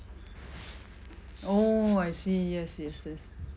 oh I see yes yes yes